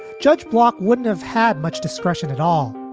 judge block wouldn't have had much discretion at all